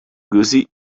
gussie